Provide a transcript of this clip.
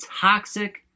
toxic